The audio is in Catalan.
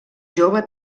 jove